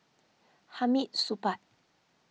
Hamid Supaat